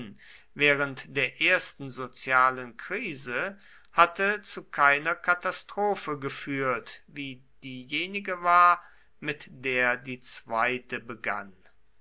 während der ersten sozialen krise hatte zu keiner katastrophe geführt wie diejenige war mit der die zweite begann